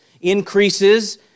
increases